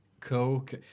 Coke